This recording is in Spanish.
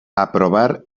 aprobar